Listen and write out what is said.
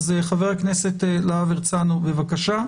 חבר הכנסת להב הרצנו, בבקשה.